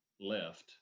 left